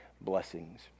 blessings